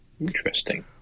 Interesting